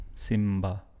Simba